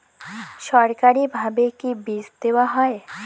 সরকারিভাবে কি বীজ দেওয়া হয়?